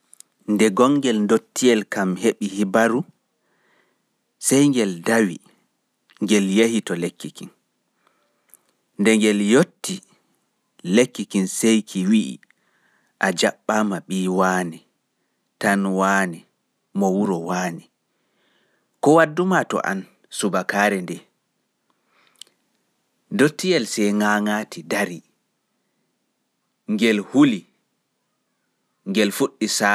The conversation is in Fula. Nde gongel dottiyelkam heɓi hibaru sai ngel dawi ngel yahi to lekki kin. Nde ngel yotti, lekki kin sai ki wi a jaɓɓaama ɓi wane mo wuro wane. Koi wadduma to an bo?